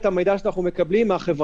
תהיה